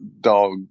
dog